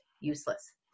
useless